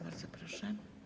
Bardzo proszę.